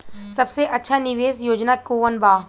सबसे अच्छा निवेस योजना कोवन बा?